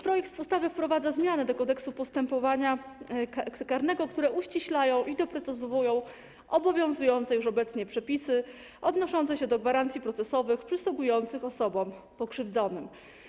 Projekt ustawy wprowadza zmiany do Kodeksu postępowania karnego, które uściślają i doprecyzowują obowiązujące już obecnie przepisy odnoszące się do gwarancji procesowych przysługujących osobom pokrzywdzonym.